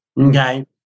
okay